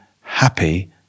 happy